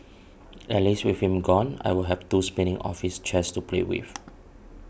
at least with him gone I'll have two spinning office chairs to play with